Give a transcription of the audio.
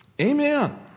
Amen